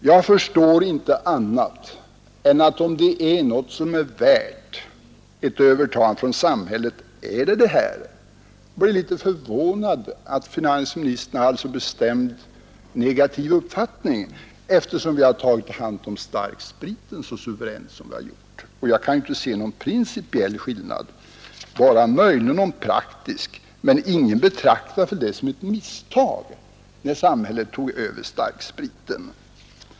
Jag kan inte förstå annat än att om något är värt att tas över av samhället så är det detta. Jag blev litet förvånad över att finansministern hade en så bestämt negativ uppfattning, eftersom staten har tagit hand om starkspriten så suveränt. Jag kan inte se någon principiell skillnad — bara möjligen en praktisk — men ingen betraktar väl det som ett misstag att samhället tog över starkspriten.